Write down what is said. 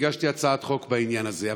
הגשתי הצעת חוק בעניין הזה.